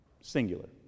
Singular